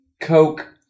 Coke